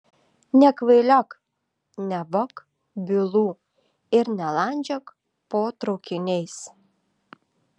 nekvailiok nevok bylų ir nelandžiok po traukiniais